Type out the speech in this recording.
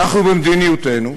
שאנחנו במדיניותנו,